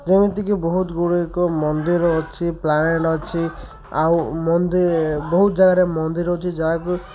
ଯେମିତିକି ବହୁତ ଗୁଡ଼ିକ ମନ୍ଦିର ଅଛି ପ୍ଲାଣ୍ଟ୍ ଅଛି ଆଉ ବହୁତ ଜାଗାରେ ମନ୍ଦିର ଅଛିି ଯାହାକୁ